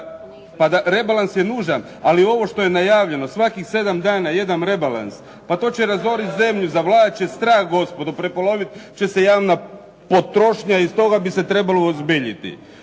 Pa rebalans je nužan, ali ovo što je najavljeno svakih 7 dana jedan rebalans, pa to će razoriti zemlju. Zavladat će strah gospodo. Prepolovit će se javna potrošnja i stoga bi se trebalo uozbiljiti.